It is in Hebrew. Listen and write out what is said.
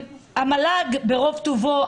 המל"ג ברוב טובו,